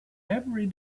every